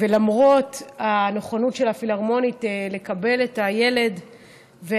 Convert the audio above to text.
למרות הנכונות של הפילהרמונית לקבל את הילד,